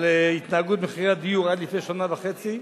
על התנהגות מחירי הדיור עד לפני שנה וחצי.